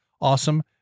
awesome